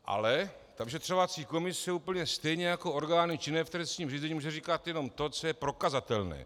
Ale vyšetřovací komise úplně stejně jako orgány činné v trestním řízení může říkat jenom to, co je prokazatelné.